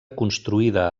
construïda